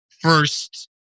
first